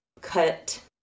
cut